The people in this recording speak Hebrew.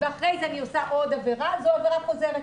ואחרי זה אני עושה עוד עבירה זה עבירה חוזרת.